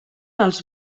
els